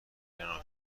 ایران